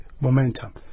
momentum